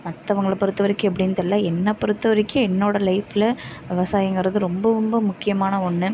மற்றவங்கள பொறுத்த வரைக்கும் எப்படின்னு தெரில என்னைப்பொறுத்த வரைக்கும் என்னோட லைஃப்பில் விவசாயங்கிறது ரொம்ப ரொம்ப முக்கியமான ஒன்று